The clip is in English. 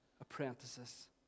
apprentices